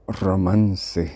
Romance